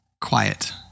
quiet